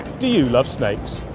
do you love snakes?